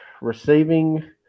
receiving